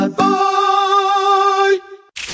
bye